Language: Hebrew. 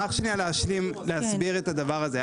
אני אשמח להשלים, להסביר את הדבר הזה.